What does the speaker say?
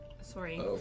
Sorry